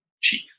cheap